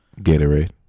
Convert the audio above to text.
Gatorade